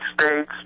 states